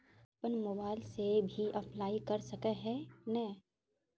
अपन मोबाईल से भी अप्लाई कर सके है नय?